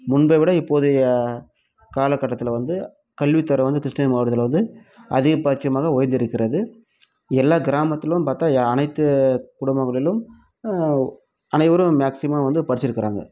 முன்பை விட இப்போதைய கால கட்டத்தில் வந்து கல்வி துறை வந்து கிருஷ்ணகிரி மாவட்டத்தில் வந்து அதிகபட்சமாக உயர்ந்து இருக்கிறது எல்லா கிராமத்திலும் பார்த்தா அனைத்து குடும்பங்களிலும் அனைவரும் மேக்ஸிமம் வந்து படிச்சுருக்குறாங்க